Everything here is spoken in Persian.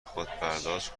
خودپرداز